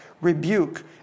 rebuke